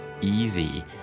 easy